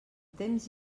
temps